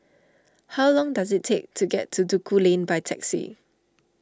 how long does it take to get to Duku Lane by taxi